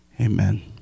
amen